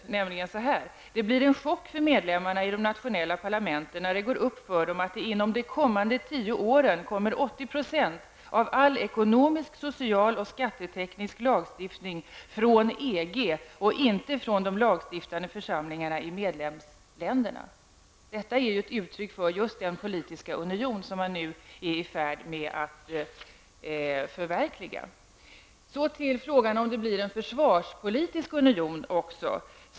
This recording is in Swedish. Han hävdar att det kommer att bli en chock för medlemmarna i de nationella parlamenten när det går upp för dem att 80 % av all ekonomisk, social och skatteteknisk lagstiftning inom de kommande tio åren kommer från EG och inte från de lagstiftande församlingarna i medlemsländerna. Detta är ett uttryck för just den politiska union som man nu är i färd med att förverkliga. Vidare har vi frågan om det också skall bli en försvarspolitisk union.